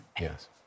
Yes